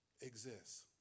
Exists